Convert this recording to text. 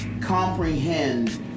comprehend